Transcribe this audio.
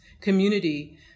community